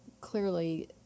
clearly